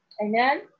Amen